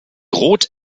rot